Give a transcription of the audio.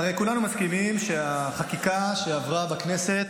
הרי כולנו מסכימים שהחקיקה שעברה בכנסת,